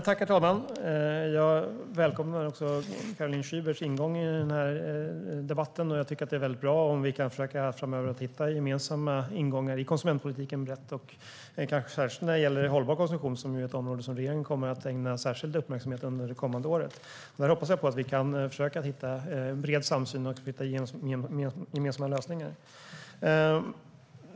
Herr talman! Jag välkomnar Caroline Szybers ingång i debatten, och jag tycker att det är väldigt bra om vi framöver kan försöka hitta gemensamma ingångar i konsumentpolitiken brett och kanske särskilt när det gäller hållbar konsumtion, vilket ju är ett område som regeringen kommer att ägna särskild uppmärksamhet under det kommande året. Där hoppas jag på att vi kan försöka hitta en bred samsyn och gemensamma lösningar.